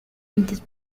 minted